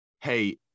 hey